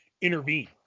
intervene